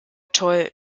toll